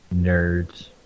Nerds